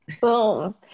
boom